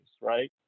right